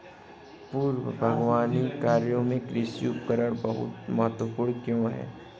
पूर्व बागवानी कार्यों में कृषि उपकरण बहुत महत्वपूर्ण क्यों है?